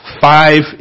five